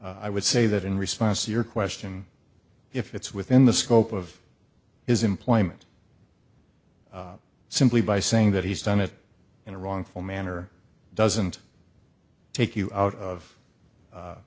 i would say that in response to your question if it's within the scope of his employment simply by saying that he's done it in a wrongful manner doesn't take you out of